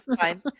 fine